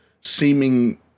seeming